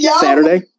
Saturday